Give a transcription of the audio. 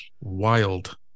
wild